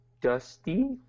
dusty